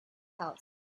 house